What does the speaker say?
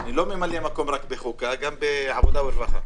אני לא ממלא מקום רק בחוקה, גם בעבודה ורווחה.